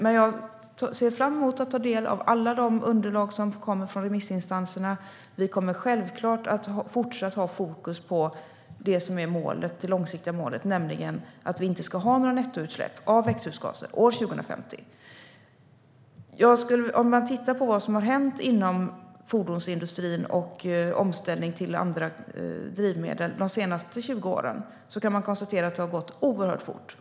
Men jag ser fram emot att ta del av alla de underlag som kommer från remissinstanserna. Vi kommer självklart att fortsatt ha fokus på det som är det långsiktiga målet, nämligen att vi inte ska ha några nettoutsläpp av växthusgaser år 2050. Om man tittar på vad som har hänt inom fordonsindustrin och när det gäller omställning till andra drivmedel de senaste 20 åren kan man konstatera att det har gått oerhört fort.